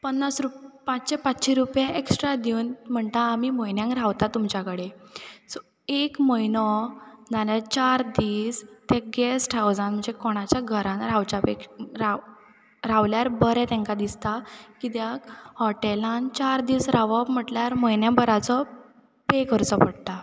पन्नास रुप पांचशे पांचशे एक्स्ट्रा दिवन म्हणटा आमी म्हयन्याक रावता तुमच्या कडेन सो एक म्हयनो नाजाल्यार चार दीस ते गेस्ट हावजान जे कोणाच्या घरांत रावच्या पेक्षा रावल रावल्यार बरें तेंकां दिसता कित्याक हॉटेलान चार दीस रावप म्हटल्यार म्हयन्या भराचो पे करचो पडटा